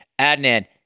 Adnan